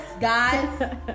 guys